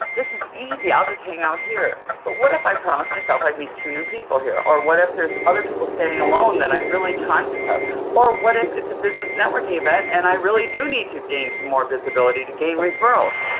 this is easy. i'll just hang out here but what if i promised myself i'd meet two new people here or what if there's other people standing alone that i'm really conscious of or what if it's a business networking event and i really do need to gain some more visibility to gain referrals?